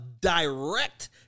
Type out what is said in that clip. direct